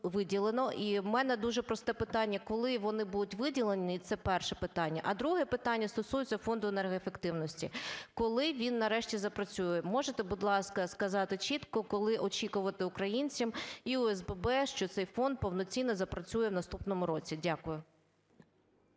в мене дуже просте питання: коли вони будуть виділені? Це перше витання. А друге питання стосується фонду енергоефективності. Коли він нарешті запрацює, можете, будь ласка, сказати чітко, коли очікувати українцям і ОСББ, що цей фонд повноцінно запрацює в наступному році? Дякую.